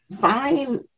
fine